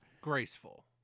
graceful